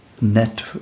net